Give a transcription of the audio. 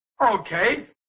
Okay